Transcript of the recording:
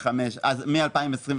מ-2025,